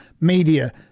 media